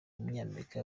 w’umunyamerika